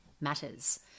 matters